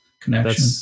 connection